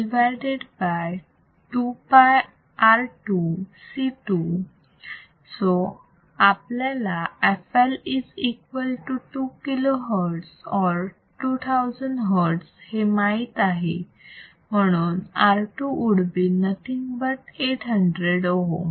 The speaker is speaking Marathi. असेच fL 12πR2C2 So आपल्याला fL is equal to 2 kilo hertz or 2000 hertz हे माहित आहे म्हणून R2 would be nothing but 800 ohms